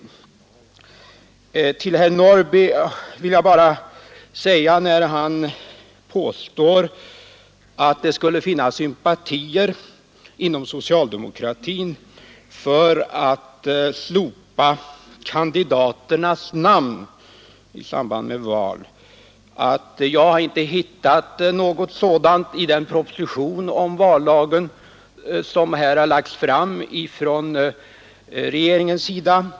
Till herr Norrby i Åkersberga vill jag bara säga, när han påstår att det skulle finnas sympatier inom socialdemokratin för att slopa kandidaternas namn i samband med val, att jag inte hittat något sådant i den proposition om vallagen som regeringen lagt fram.